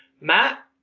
Matt